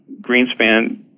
Greenspan